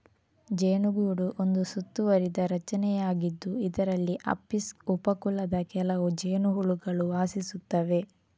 ಜೇನುಗೂಡು ಒಂದು ಸುತ್ತುವರಿದ ರಚನೆಯಾಗಿದ್ದು, ಇದರಲ್ಲಿ ಅಪಿಸ್ ಉಪ ಕುಲದ ಕೆಲವು ಜೇನುಹುಳುಗಳು ವಾಸಿಸುತ್ತವೆ